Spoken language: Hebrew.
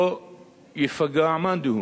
לא ייפגע מאן דהוא